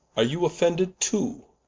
are you offended too?